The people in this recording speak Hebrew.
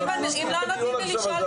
את מסיטה את הדיון,